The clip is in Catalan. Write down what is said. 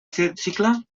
cicle